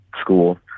school